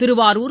Thiruvarur